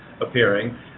appearing